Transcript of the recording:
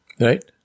Right